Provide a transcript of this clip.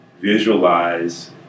visualize